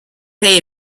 pay